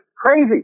crazy